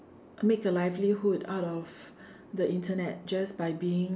make a livelihood out of the Internet just by being